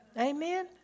Amen